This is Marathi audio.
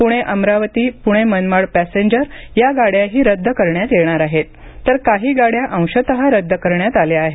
पुणे अमरावती पुणे मनमाड पैसेंजर या गाड्याही रद्द करण्यात येणार आहेत तर काही गाड्या अंशत रद्द करण्यात आल्या आहेत